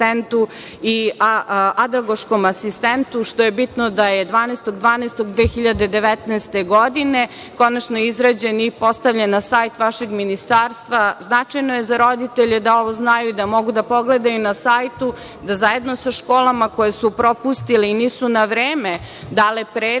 i adagoškom asistentu, što je bitno da je 12.12.2019. godine konačno izrađen i postavljen na sajt vašeg Ministarstva. Značajno je za roditelje, da ovo znaju i da mogu da pogledaju i na sajtu, da zajedno sa školama, koje su propustile i nisu na vreme dale predloge